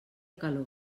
calor